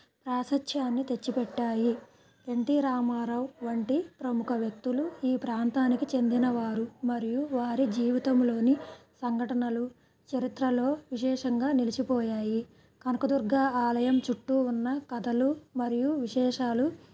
ప్రాశశ్త్యాన్ని తెచ్చిపెట్టాయి N T Rama Rao వంటి ప్రముఖ వ్యక్తులు ఈ ప్రాంతానికి చెందిన వారు మరియు వారి జీవితంలోని సంఘటనలు చరిత్రలో విశేషంగా నిలిచిపోయాయి కనకదుర్గ ఆలయం చుట్టూ ఉన్న కథలు మరియు విశేషాలు